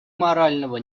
морального